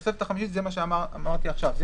התוספת החמישית זה מה שאמרתי עכשיו.